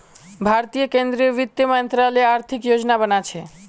भारतीय केंद्रीय वित्त मंत्रालय आर्थिक योजना बना छे